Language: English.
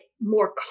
more